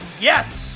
Yes